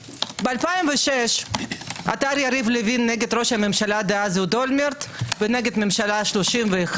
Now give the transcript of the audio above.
ב-2006 עתר יריב לוין נגד ראש הממשלה דאז אולמרט ונגד הממשלה ה-31